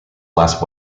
last